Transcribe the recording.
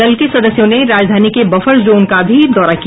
दल के सदस्यों ने राजधानी के बफर जोन का भी दौरा किया